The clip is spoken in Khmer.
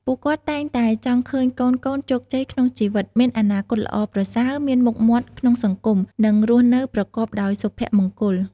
ពួកគាត់តែងតែចង់ឃើញកូនៗ ជោគជ័យក្នុងជីវិត មានអនាគតល្អប្រសើរ មានមុខមាត់ក្នុងសង្គម និងរស់នៅប្រកបដោយសុភមង្គល។